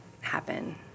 happen